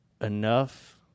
Enough